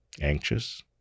anxious